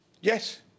Yes